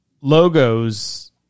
logos